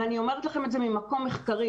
ואני אומרת לכם את זה ממקום מחקרי,